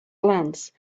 glance